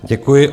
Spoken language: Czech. Děkuji.